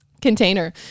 container